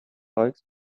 folks